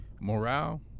morale